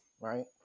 right